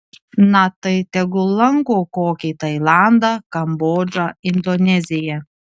na tai tegul lanko kokį tailandą kambodžą indoneziją